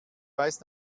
weiß